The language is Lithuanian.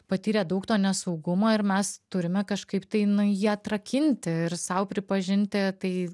patyrė daug to nesaugumo ir mes turime kažkaip tai jį atrakinti ir sau pripažinti tai